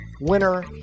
winner